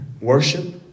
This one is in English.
worship